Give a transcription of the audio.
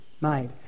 made